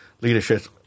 leadership